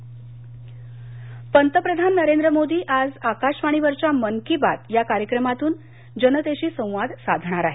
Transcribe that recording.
मन की बात पंतप्रधान नरेंद्र मोदी आज आकाशवाणीवरच्या मन की बात या कार्यक्रमातून जनतेशी संवाद साधणार आहेत